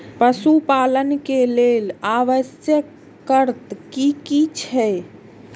पशु पालन के लेल आवश्यक शर्त की की छै?